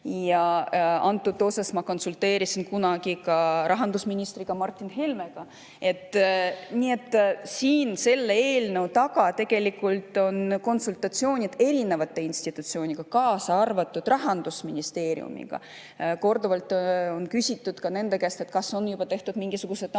seda. Seda ma konsulteerisin kunagi ka rahandusministriga, Martin Helmega. Nii et siin selle eelnõu taga on tegelikult konsultatsioonid erinevate institutsioonidega, kaasa arvatud Rahandusministeeriumiga. Korduvalt on küsitud nende käest ka seda, kas on juba tehtud mingisugused analüüsid.